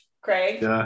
Craig